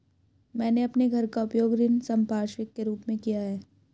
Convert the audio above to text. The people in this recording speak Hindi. मैंने अपने घर का उपयोग ऋण संपार्श्विक के रूप में किया है